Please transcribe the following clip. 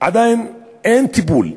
עדיין אין טיפול.